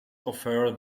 offer